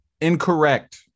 incorrect